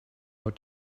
out